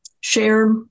share